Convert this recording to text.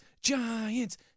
Giants